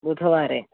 बुधवासरे